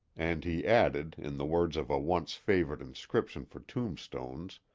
and he added, in the words of a once favorite inscription for tombstones